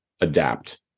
adapt